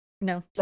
no